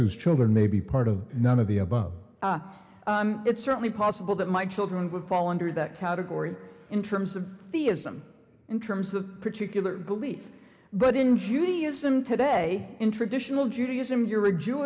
whose children may be part of none of the above it's certainly possible that my children will fall under that category in terms of theism in terms of particular belief but in judaism today in traditional judaism you're a jew